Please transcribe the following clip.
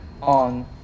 on